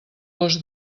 gos